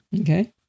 Okay